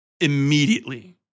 immediately